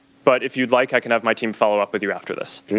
but if you would like i can have my team follow up with you after this.